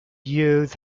years